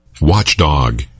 Watchdog